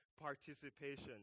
participation